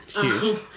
Huge